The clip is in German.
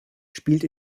spielt